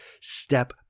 step